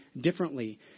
differently